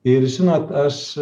ir žinot aš